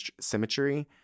symmetry